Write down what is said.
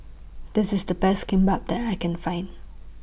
This IS The Best Kimbap that I Can Find